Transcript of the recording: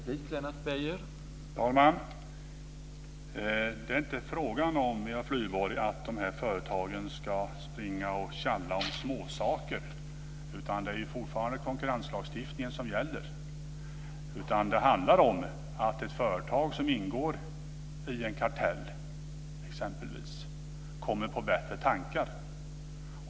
Herr talman! Det är inte fråga om, Eva Flyborg, att de här företagen ska springa och tjalla om småsaker. Det är ju fortfarande konkurrenslagstiftningen som gäller. Det handlar om att ett företag som ingår i exempelvis en kartell kommer på bättre tankar.